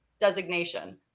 designation